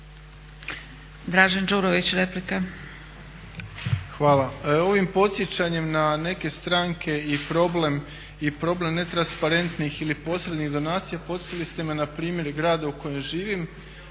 Dražen (HDSSB)** Hvala. Ovim podsjećanjem na neke stranke i problem netransparentnih ili posrednih donacija podsjetili ste me na primjer grada u kojem živim